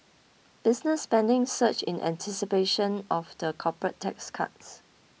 business spending surged in anticipation of the corporate tax cuts